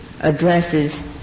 addresses